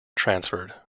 transferred